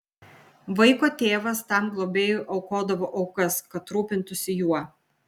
vaiko tėvas tam globėjui aukodavo aukas kad rūpintųsi juo